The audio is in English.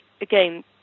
again